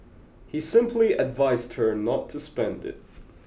he simply advised her not to spend it